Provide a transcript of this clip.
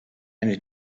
eine